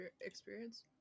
experience